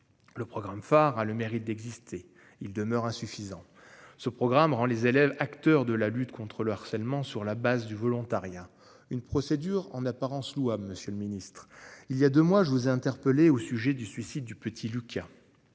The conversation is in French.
Le programme phare a le mérite d'exister, il demeure insuffisant ce programme rend les élèves acteurs de la lutte contre le harcèlement sur la base du volontariat. Une procédure en apparence à monsieur le ministre, il y a 2 mois, je vous ai interpellé au sujet du suicide du petit Lucas